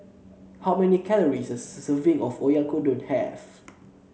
how many calories does a serving of Oyakodon have